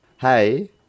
Hey